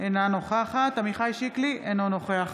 אינה נוכחת עמיחי שיקלי, אינו נוכח